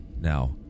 now